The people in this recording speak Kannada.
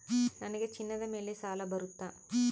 ನನಗೆ ಚಿನ್ನದ ಮೇಲೆ ಸಾಲ ಬರುತ್ತಾ?